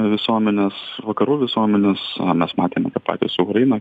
visuomenes vakarų visuomenes na mes matėme tą patį su ukarina